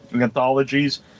anthologies